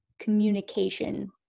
communication